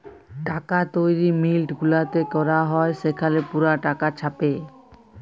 টাকা তৈরি মিল্ট গুলাতে ক্যরা হ্যয় সেখালে পুরা টাকা ছাপে